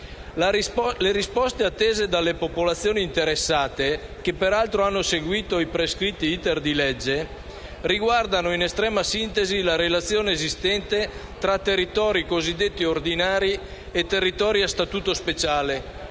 Le risposte attese dalle popolazioni interessate, che peraltro hanno seguito il prescritto *iter* di legge, riguardano in estrema sintesi la relazione esistente tra territori cosiddetti ordinari e territori a Statuto speciale,